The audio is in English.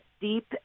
deep